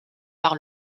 par